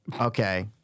Okay